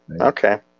Okay